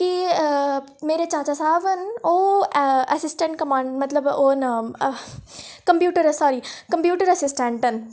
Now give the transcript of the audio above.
कि जे मेरे चाचा साह्ब न ओह् असिसटेंट क मतलब ओह् न कम्पयूटर साॅरी कम्पयूटर अससिटेंट न